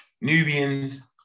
Nubians